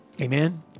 Amen